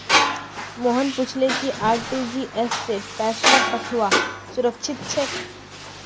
मोहन पूछले कि आर.टी.जी.एस स पैसा पठऔव्वा सुरक्षित छेक